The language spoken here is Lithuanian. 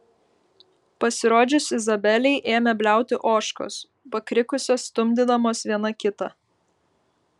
pasirodžius izabelei ėmė bliauti ožkos pakrikusios stumdydamos viena kitą